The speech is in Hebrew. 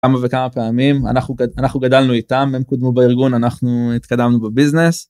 כמה וכמה פעמים אנחנו אנחנו גדלנו איתם הם קודמו בארגון אנחנו התקדמנו בביזנס.